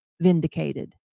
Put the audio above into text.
vindicated